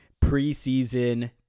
Preseason